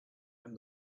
and